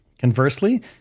Conversely